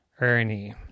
Ernie